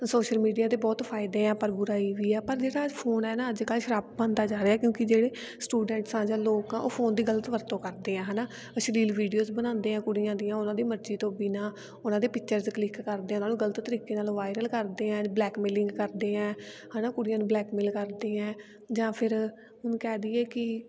social media ਤੇ ਬਹੁਤ ਫਾਇਦੇ ਆ ਪਰ ਬੁਰਾਈ ਵੀ ਆ ਪਰ ਜਿਹੜਾ ਫੋਨ ਆ ਨਾ ਅੱਜ ਕੱਲ੍ਹ ਸ਼ਰਾਪ ਬਣਦਾ ਜਾ ਰਿਹਾ ਕਿਉਂਕਿ ਜਿਹੜੇ ਸਟੂਡੈਂਟਸ ਆ ਜਾਂ ਲੋਕ ਆ ਉਹ ਫੋਨ ਦੀ ਗਲਤ ਵਰਤੋਂ ਕਰਦੇ ਆ ਹੈ ਨਾ ਅਸ਼ਲੀਲ ਵੀਡੀਓਜ਼ ਬਣਾਉਂਦੇ ਆ ਕੁੜੀਆਂ ਦੀਆਂ ਉਹਨਾਂ ਦੀ ਮਰਜ਼ੀ ਤੋਂ ਬਿਨਾਂ ਉਹਨਾਂ ਦੇ ਪਿਕਚਰਜ਼ ਕਲਿੱਕ ਕਰਦੇ ਉਹਨਾਂ ਨੂੰ ਗਲਤ ਤਰੀਕੇ ਨਾਲ ਵਾਇਰਲ ਕਰਦੇ ਆ ਬਲੈਕ ਮੇਲਿੰਗ ਕਰਦੇ ਆ ਹੈ ਨਾ ਕੁੜੀਆਂ ਨੂੰ ਬਲੈਕ ਮੇਲ ਕਰਦੇ ਹੈ ਜਾਂ ਫਿਰ ਉਹਨੂੰ ਕਹਿ ਦੇਈਏ ਕਿ